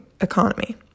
economy